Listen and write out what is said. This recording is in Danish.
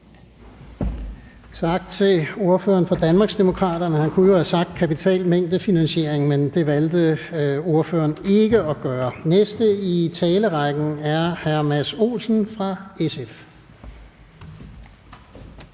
Tak til ordføreren for Danmarksdemokraterne. Han kunne jo have sagt kapitalmængdefinansiering, men det valgte ordføreren ikke at gøre. Den næste i talerrækken er hr. Mads Olsen fra SF.